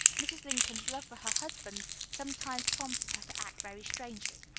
mrs. lincoln's love for her husband sometimes prompted her to act very strangely.